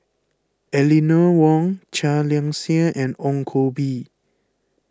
Eleanor Wong Chia Liang Seah and Ong Koh Bee